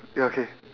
ya okay